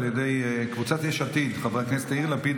על ידי קבוצת סיעת יש עתיד: חברי הכנסת יאיר לפיד,